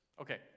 Okay